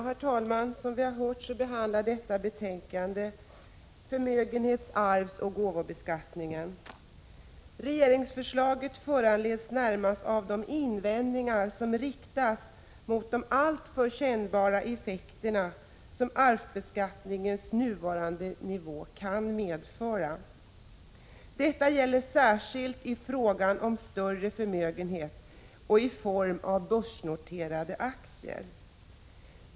Herr talman! Som vi har hört behandlar detta betänkande förmögenhets-, arvsoch gåvobeskattningen. Regeringsförslaget föranleds närmast av de invändningar som riktats mot de alltför kännbara effekter som arvsbeskattningens nuvarande nivå kan medföra. Detta gäller särskilt i fråga om större förmögenheter i form av börsnoterade aktier.